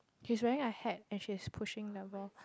he is wearing a hat as he is pushing the ball